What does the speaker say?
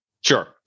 Sure